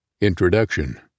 Introduction